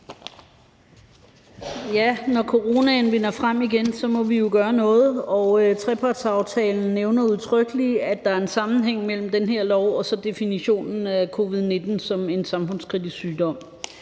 Når coronaen vinder frem igen, må vi jo gøre noget, og trepartsaftalen nævner udtrykkeligt, at der er en sammenhæng mellem den her lov og så definitionen af covid-19 som en samfundskritisk sygdom.